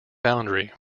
boundary